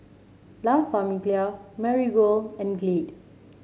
La Famiglia Marigold and Glade